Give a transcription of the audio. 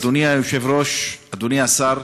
אדוני היושב-ראש, אדוני השר,